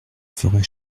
ferais